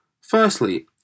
Firstly